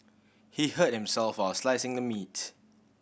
he hurt himself while slicing the meat